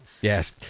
yes